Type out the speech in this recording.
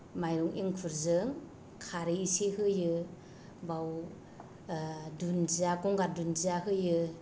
माइरं एंखुरजों खारै इसे होयो बाव ओ दुन्दिया गंगार दुन्दिया होयो